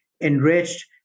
enriched